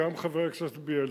חבר הכנסת בילסקי,